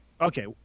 Okay